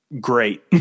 great